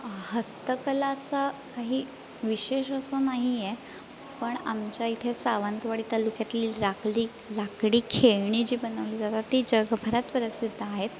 हस्तकला असं काही विशेष वस्तू नाही आहेत पण आमच्या इथे सावंतवाडी तालुक्यातली लाकडी लाकडी खेळणी जी बनवली जातात ती जगभरात प्रसिद्ध आहेत